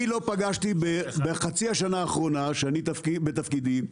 אני לא פגשתי בחצי השנה האחרונה שאני בתפקידי,